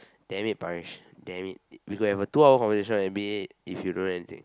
damn it Paresh damn it we could have a two hour conversation on N_B_A if you don't know anything